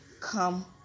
come